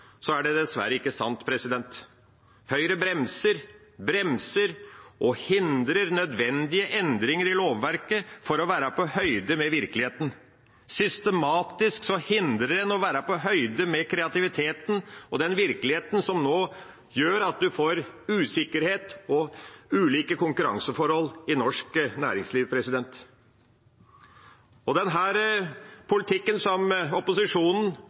er det dessverre ikke sant. Høyre bremser og hindrer nødvendige endringer i lovverket for å være på høyde med virkeligheten. Systematisk hindrer en å være på høyde med kreativiteten og den virkeligheten som nå gjør at en får usikkerhet og ulike konkurranseforhold i norsk næringsliv. Den politikken som opposisjonen,